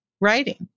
writing